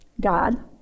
God